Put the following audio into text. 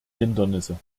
hindernisse